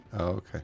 Okay